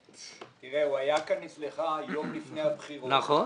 זה נכון,